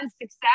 success